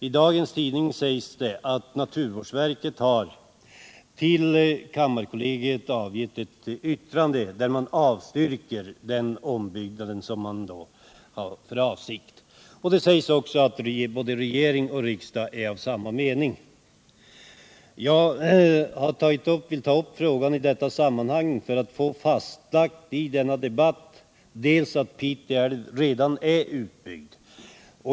I dagens tidning sägs att naturvårdsverket har till kammarkollegiet ingett ett yttrande, där man avstyrker den tilltänkta nybyggnaden. Det sägs också att både regering och riksdag är av samma mening, dvs. att nybyggnad av kraftverket inte bör komma till stånd. Jag vill ta upp frågan i detta sammanhang för att få fastlagt att Pite älv redan är utbyggd.